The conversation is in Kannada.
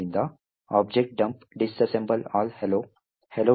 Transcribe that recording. ಆದ್ದರಿಂದ objdump disassemble all hello hello